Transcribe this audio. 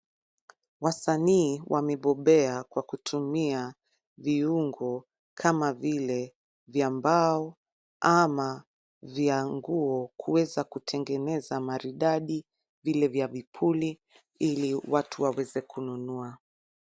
Wasanii wamebobea kwa kutumia viungo kama vile vya mbao ama vya nguo kuweza kutengeneza maridadi vile vya vipuli ili watu waweze kununua.